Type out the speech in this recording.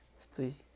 Estoy